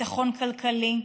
ביטחון כלכלי,